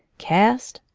cast?